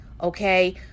okay